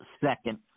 second